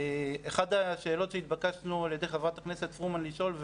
אחת השאלות שהתבקשנו על ידי חברת הכנסת פרומן לשאול,